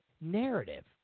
narrative